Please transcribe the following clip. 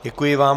Děkuji vám.